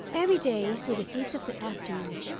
every day, through the heat of the afternoon,